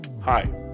Hi